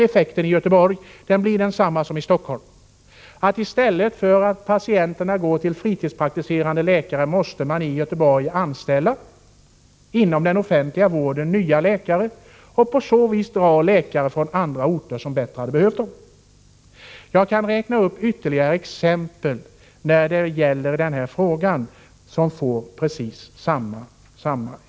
Effekten där blir densamma som i Stockholm: i stället för att patienterna går till fritidspraktiserande läkare måste man inom den offentliga vården anställa nya läkare och på så vis dra läkare från andra orter, där de hade behövts bättre. Jag skulle kunna räkna upp ytterligare exempel där effekten blir densamma.